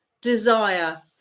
desire